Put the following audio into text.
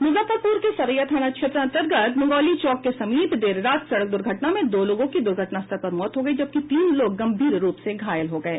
मुजफ्फरपुर के सरैया थाना क्षेत्र अंतर्गत मुंगौली चौक के समीप देर रात सड़क दुर्घटना में दो लोगों की घटनास्थल पर मौत हो गयी जबकि तीन लोग गंभीर रूप से घायल हो गये